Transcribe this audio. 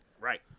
Right